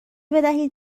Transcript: بدهید